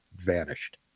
vanished